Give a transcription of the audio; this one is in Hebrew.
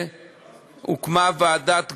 והוקמה ועדת גולדברג,